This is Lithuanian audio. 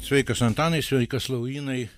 sveikas antanai sveikas laurynai